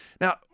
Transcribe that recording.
Now